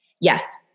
Yes